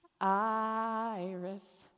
Iris